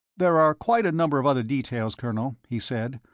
there are quite a number of other details, colonel, he said,